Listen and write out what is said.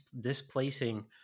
displacing